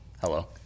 Hello